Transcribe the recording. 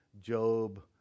Job